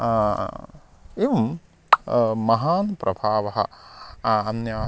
एवं महान् प्रभावः अन्या